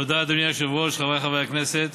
תודה, אדוני היושב-ראש, חבריי חברי הכנסת,